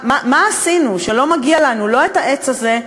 מה עשינו שלא מגיע לנו לא העץ הזה,